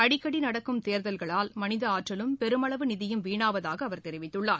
அடிக்கடிநடக்கும் தேர்தல்களால் மனிதஆற்றலும் பெருமளவு நிதியும் வீணாவதாகஅவர் தெரிவித்துள்ளார்